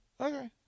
Okay